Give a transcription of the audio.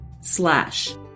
slash